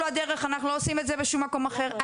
אנחנו לא עושים את זה בשום מקום אחר.